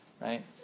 Right